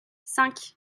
cinq